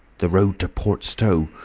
the road to port stowe.